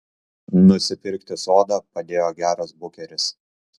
nusipirkti sodą padėjo geras bukeris